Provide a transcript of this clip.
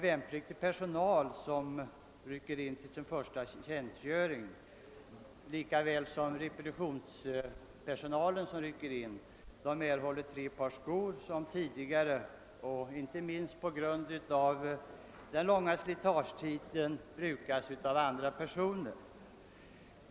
Värnpliktiga som rycker in till sin första tjänstgöring och likaså de som rycker in till repetitionsövning erhåller tre par skor som tidigare, vilka inte minst på grund av den långa slitagetiden har använts av andra personer.